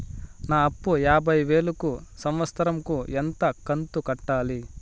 నా అప్పు యాభై వేలు కు సంవత్సరం కు ఎంత కంతు కట్టాలి?